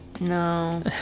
No